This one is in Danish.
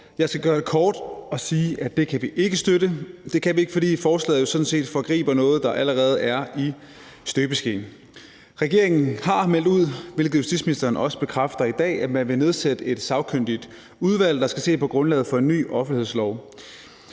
Jeg skal gøre det kort og sige, at det kan vi ikke støtte. Det kan vi ikke, fordi forslaget jo sådan set foregriber noget, der allerede er i støbeskeen. Regeringen har meldt ud, hvilket justitsministeren også bekræfter i dag, at man vil nedsætte et sagkyndigt udvalg, der skal se på grundlaget for en ny offentlighedslov.